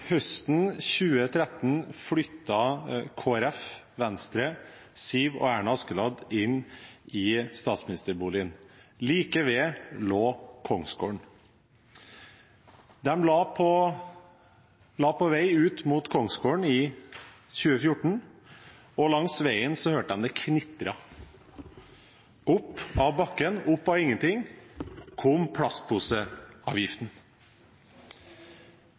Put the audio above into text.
Høsten 2013 flyttet Kristelig Folkeparti, Venstre, Siv og Erna Askeladd inn i statsministerboligen. Like ved lå Kongsgården. De la på vei ut mot Kongsgården i 2014, og langs veien hørte de det knitret. Opp av bakken, opp av ingenting, kom plastposeavgiften.